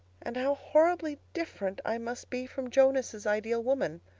and how horribly different i must be from jonas' ideal woman.